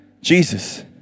Jesus